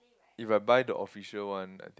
if I buy the official one